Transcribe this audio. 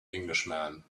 englishman